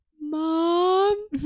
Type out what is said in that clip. mom